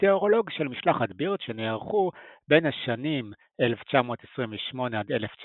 מטאורולוג של משלחות בירד שנערכו בין השנים 1928- 1930